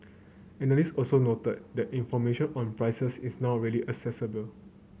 analyst also noted that information on prices is now really accessible